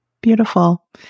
Beautiful